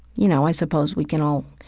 you know, i suppose we can all